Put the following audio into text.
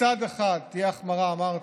מצד אחד תהיה החמרה, אמרתי,